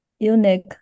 Unique